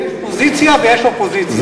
יש פוזיציה ויש אופוזיציה.